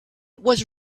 was